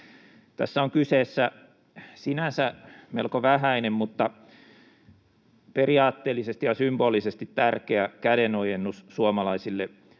Tässä on kyseessä sinänsä melko vähäinen mutta periaatteellisesti ja symbolisesti tärkeä kädenojennus suomalaisille